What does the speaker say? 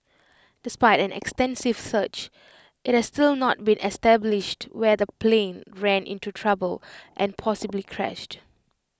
despite an extensive search IT has still not been established where the plane ran into trouble and possibly crashed